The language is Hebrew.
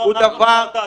לא אנחנו או אתה,